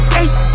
eight